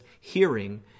hearing